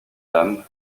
dame